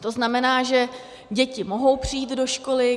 To znamená, že děti mohou přijít do školy.